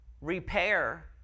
repair